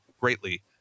greatly